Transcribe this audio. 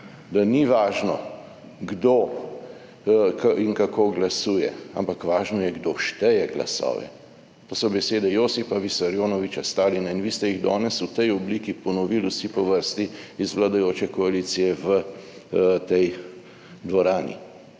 da ni važno kdo in kako glasuje, ampak važno je kdo šteje glasove, to so besede Josipa Visarijonoviča Stalina in vi ste jih danes v tej obliki ponovili vsi po vrsti iz vladajoče koalicije v tej dvorani.